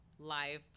live